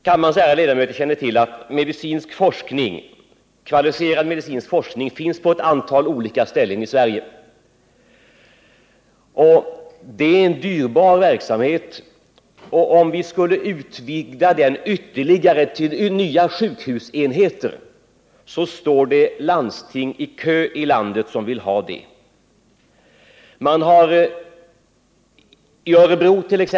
Kammarens ärade ledamöter känner till ått kvalificerad medicinsk forskning finns på ett antal olika ställen i Sverige. Det är en dyrbar verksamhet, och om vi skulle vilja utvidga den ytterligare till nya sjukhusenheter, står landsting ute i landet i kö för att få del av de tillkommande resurserna.